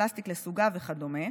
פלסטיק לסוגיו וכדומה.